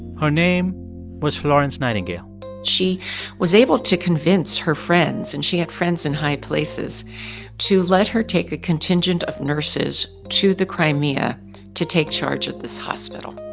her name was florence nightingale she was able to convince her friends and she had friends in high places to let her take a contingent of nurses to the crimea to take charge at this hospital